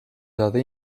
saada